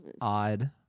Odd